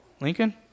Lincoln